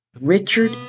Richard